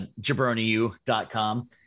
JabroniU.com